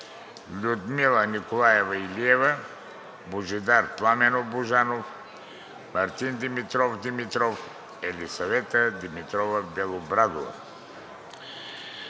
Людмила Николаева Илиева, Божидар Пламенов Божанов, Мартин Димитров Димитров, Елисавета Димитрова Белобрадова.